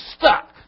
stuck